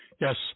Yes